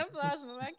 plasma